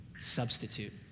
substitute